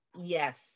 yes